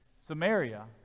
Samaria